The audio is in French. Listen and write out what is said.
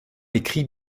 écrit